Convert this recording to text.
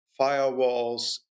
firewalls